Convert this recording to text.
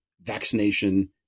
vaccination